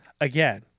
again